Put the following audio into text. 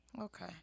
Okay